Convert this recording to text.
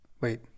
Wait